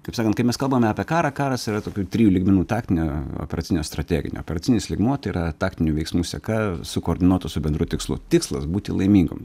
kaip sakant kai mes kalbame apie karą karas yra tokių trijų lygmenų taktinio operacinio strateginio operacinis lygmuo tai yra taktinių veiksmų seka sukoordinuota su bendru tikslu tikslas būti laimingam